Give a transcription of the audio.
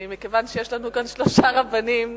יש לנו כאן שלושה רבנים,